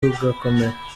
rugakomera